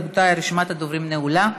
רבותיי, רשימת הדוברים נעולה.